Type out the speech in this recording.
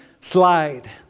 slide